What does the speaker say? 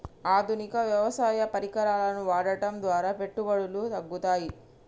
ఆధునిక వ్యవసాయ పరికరాలను వాడటం ద్వారా పెట్టుబడులు తగ్గుతయ?